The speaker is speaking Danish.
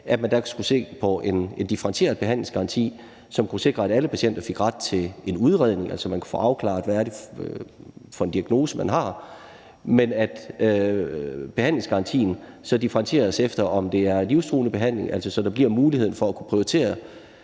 har i dag, skulle se på en differentieret behandlingsgaranti, som kunne sikre, at alle patienter fik ret til en udredning, så de kunne få afklaret deres diagnose, og at behandlingsgarantien differentieres efter, om det er en livstruende sygdom. Det vil sige, at der bliver mulighed for at prioritere,